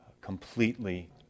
completely